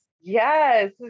Yes